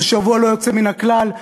זה שבוע לא יוצא מן הכלל?